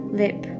lip